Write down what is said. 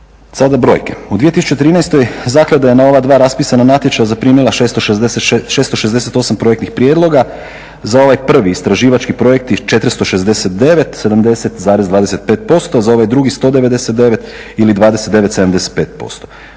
Sada brojke, u 2013. zaklada je na ova dva raspisana natječaja zaprimila 668 projektnih prijedloga, za ovaj prvi istraživački projekt 469, 70,25%, za ovaj drugi 199 ili 29,75%.